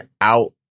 out